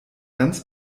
ganz